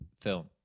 film